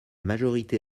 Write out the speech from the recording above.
majorité